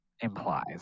implies